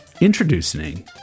Introducing